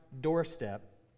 doorstep